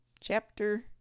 chapter